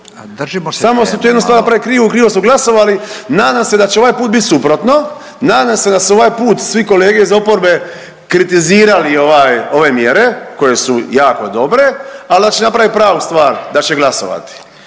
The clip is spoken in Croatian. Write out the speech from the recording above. Samo su tu jednu stvar napravili krivo, krivo su glasovali, nadam se da će ovaj put bit suprotno, nadam se da su ovaj put svi kolege iz oporbe kritizirali ovaj ove mjere koje su jako dobre, al da će napravit pravu stvar, da će glasovati